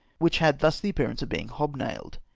which had thus the appearance of being hobnailed.